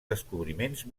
descobriments